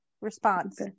Response